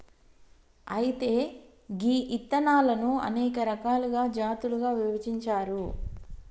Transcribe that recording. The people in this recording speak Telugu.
అయితే గీ ఇత్తనాలను అనేక రకాలుగా జాతులుగా విభజించారు